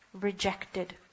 rejected